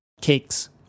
cakes